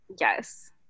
Yes